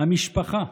המשפחה,